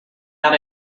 out